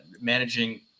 managing